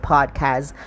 Podcast